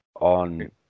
on